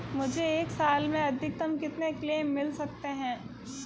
मुझे एक साल में अधिकतम कितने क्लेम मिल सकते हैं?